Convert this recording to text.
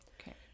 Okay